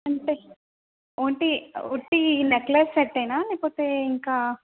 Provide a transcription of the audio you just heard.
అంటే ఉంటే ఉట్టి నెక్లెస్సెట్టేనా లేకపోతే ఇంకా